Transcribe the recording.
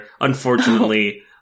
unfortunately